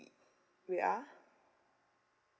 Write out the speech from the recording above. wait ah